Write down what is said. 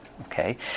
Okay